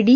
D